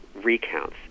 recounts